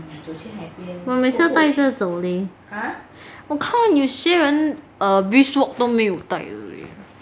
我每次戴住走诶我看有些人 breeze walk 都没有戴的 leh